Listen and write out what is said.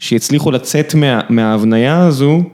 ‫שיצליחו לצאת מההבנייה הזו.